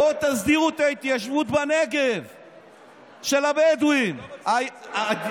בואו תסדירו את ההתיישבות של הבדואים בנגב,